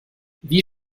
wie